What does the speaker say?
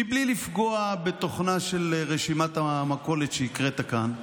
בלי לפגוע בתוכנה של רשימת המכולת שהקראת כאן,